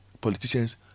politicians